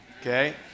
okay